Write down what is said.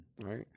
Right